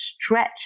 stretch